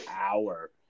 hour